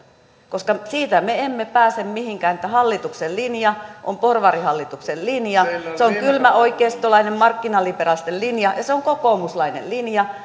siitä me emme pääse mihinkään että hallituksen linja on porvarihallituksen linja se on kylmä oikeistolainen markkinaliberalistinen linja ja se on kokoomuslainen linja